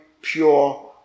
pure